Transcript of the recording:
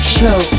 Show